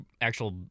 actual